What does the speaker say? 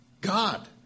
God